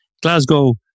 Glasgow